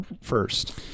first